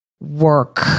Work